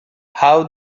how